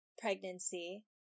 pregnancy